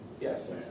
Yes